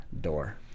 door